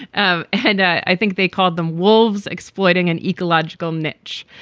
um and i think they called them wolves exploiting an ecological niche.